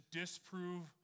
disprove